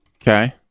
Okay